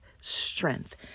strength